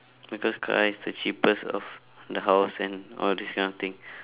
because car is the cheapest of the house and all this kind of thing